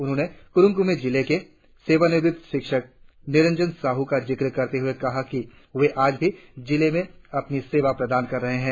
उन्होंने कुरुंग कुमे जिले के सेवानिवृत शिक्षक निरंजन शाहु का जिक्र करते हुए कहा वे आज भी जिले में अपनी सेवा प्रदान कर रहे है